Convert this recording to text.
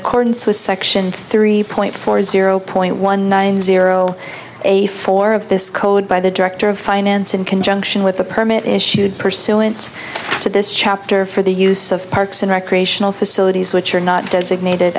accordance with section three point four zero point one nine zero a for of this code by the director of finance in conjunction with a permit issued pursuant to this chapter for the use of parks and recreational facilities which are not designated